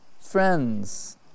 friends